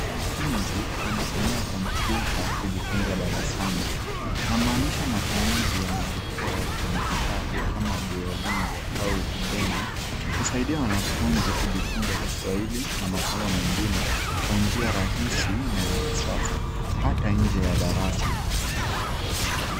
Mwanafunzi anatumia kompyuta kujifunza darasani na maanisha matumizi ya majukwaa ya kidijitali kama Duolingo au udeni ,husaidia wanafunzi kujifunza Kiswahili na masomo mengine kwa njia rahisi na ya kisasa hata nje ya darasa.